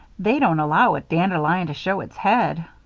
they don't allow a dandelion to show its head.